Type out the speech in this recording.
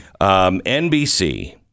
NBC